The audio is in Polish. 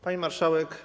Pani Marszałek!